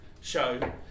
show